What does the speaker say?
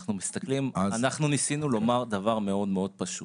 אנחנו ניסינו לומר דבר מאד פשוט.